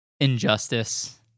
Injustice